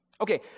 Okay